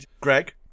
Greg